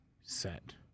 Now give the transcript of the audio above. set